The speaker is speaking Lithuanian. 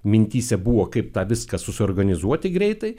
mintyse buvo kaip tą viską susiorganizuoti greitai